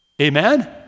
Amen